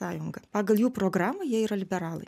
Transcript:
sąjunga pagal jų programą jie yra liberalai